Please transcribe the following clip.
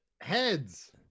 Heads